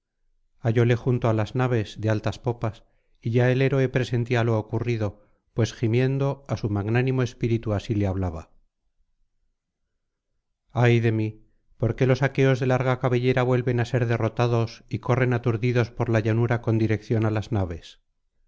hallóle junto á las naves de altas popas y ya el héroe presentía lo ocurrido pues gimiendo á su magnánimo espíritu así le hablaba ay de mí por qué los aqueos de larga cabellera vuelven á ser derrotados y corren aturdidos por la llanura con dirección á las naves